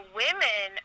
women